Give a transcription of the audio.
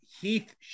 Heath